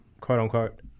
quote-unquote